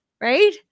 right